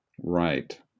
Right